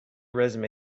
resume